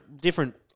different